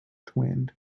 twinned